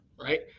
right